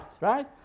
right